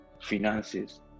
finances